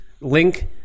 link